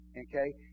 Okay